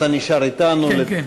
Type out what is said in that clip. אתה נשאר אתנו, כן, כן.